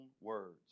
words